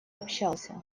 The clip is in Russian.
общался